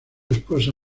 esposa